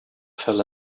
fell